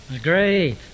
great